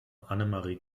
annemarie